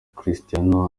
cristiano